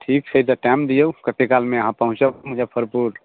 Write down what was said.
ठीक छै तऽ टाइम दियौ कते कालमे अहाँ पहुँचब मुजफ्फरपुर